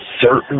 certain